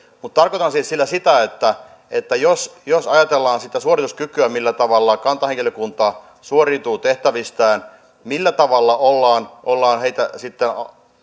mutta tarkoitan sillä siis sitä että että jos jos ajatellaan sitä suorituskykyä millä tavalla kantahenkilökunta suoriutuu tehtävistään millä tavalla heitä on sitten